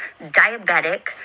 diabetic